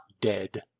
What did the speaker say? dead